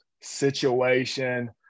situation